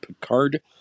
Picard